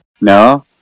No